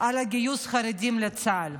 על גיוס החרדים לצה"ל?